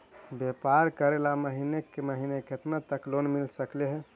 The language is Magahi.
व्यापार करेल महिने महिने केतना तक लोन मिल सकले हे?